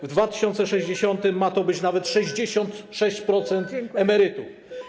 W 2060 r. ma to dotyczyć nawet 66% emerytów.